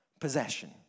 possession